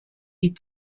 die